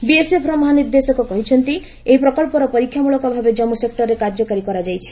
ବିଏସ୍ଏଫ୍ର ମହାନିର୍ଦ୍ଦେଶକ କହିଛନ୍ତି ଏହି ପ୍ରକଳ୍ପର ପରୀକ୍ଷାମଳକଭାବେ କଞ୍ମୁ ସେକୂରରେ କାର୍ଯ୍ୟକାରୀ କରାଯାଇଛି